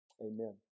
Amen